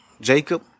Jacob